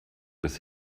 bis